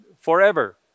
forever